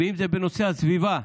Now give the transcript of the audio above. ואם זה בנושא הסביבה,